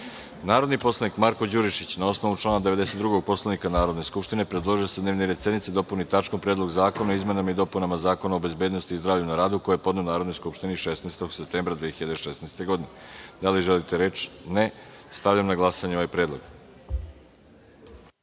predlog. Narodni poslanik Marko Đurišić, na osnovu člana 92. Poslovnika Narodne skupštine, predložio je da se dnevni red sednice dopuni tačkom – Predlog zakona o izmenama i dopunama Zakona o bezbednosti i zdravlju na radu, koji je podneo Narodnoj skupštini 16. septembra 2016. godine. Da li želite reč? (Ne.)Stavljam na glasanje ovaj predlog. Molim